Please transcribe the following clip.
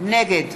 נגד